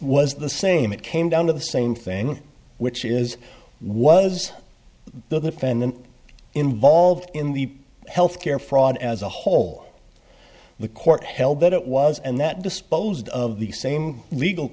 was the same it came down to the same thing which is was the defendant involved in the health care fraud as a whole the court held that it was and that disposed of the same legal